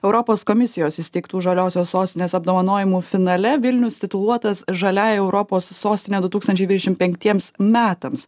europos komisijos įsteigtų žaliosios sostinės apdovanojimų finale vilnius tituluotas žaliąja europos sostine du tūkstančiai dvidešim penktiems metams